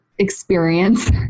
experience